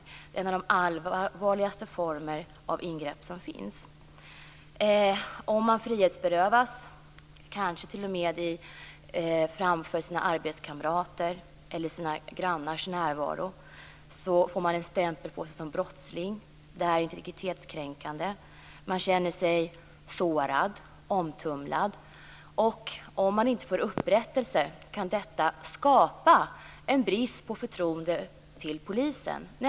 Det är en av de allvarligaste former av ingrepp som finns. Om man frihetsberövas, kanske t.o.m. framför sina arbetskamrater eller i sina grannars närvaro, får man en stämpel på sig som brottsling. Det är integritetskränkande. Man känner sig sårad och omtumlad. Om man inte får upprättelse kan detta skapa en brist på förtroende för polisen.